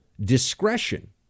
discretion